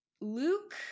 Luke